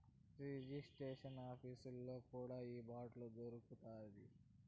register ఆఫీసుల్లో కూడా ఈ బాండ్లు దొరుకుతాయి